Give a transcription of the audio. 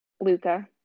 Luca